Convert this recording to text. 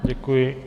Děkuji.